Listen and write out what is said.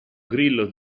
grillo